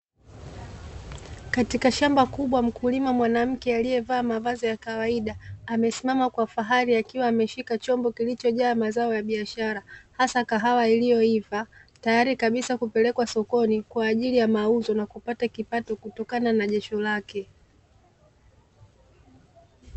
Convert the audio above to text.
Katika shamba kubwa mkulima mwanamke aliyevaa mavazi ya kawaida, amesimama kwa fahari akiwa ameshika chombo kilichojaa mazao ya biashara hasa kahawa iliyoiva, tayari kabisa kupelekwa sokoni kwa ajili ya mauzo na kupata kipato kutokana na jasho lake.